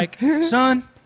son